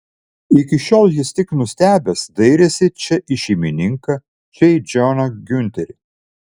iki šiol jis tik nustebęs dairėsi čia į šeimininką čia į džoną giunterį